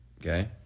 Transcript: okay